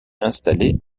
installer